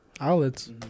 outlets